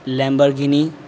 Lamborghini